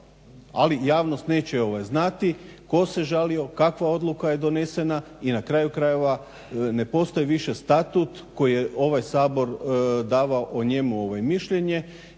Ali javnost neće znati tko se žalio, kakva odluka je donesena i na kraju krajeva ne postoji više statut koji je ovaj Sabor davao o njemu mišljenje